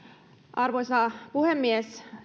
arvoisa puhemies